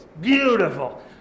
Beautiful